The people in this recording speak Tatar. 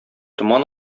томан